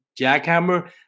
jackhammer